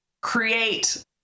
create